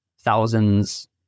thousands